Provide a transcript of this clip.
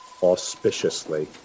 auspiciously